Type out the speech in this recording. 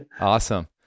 awesome